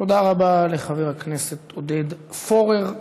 תודה רבה לחבר הכנסת עודד פורר.